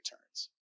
returns